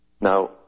Now